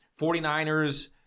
49ers